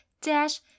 dash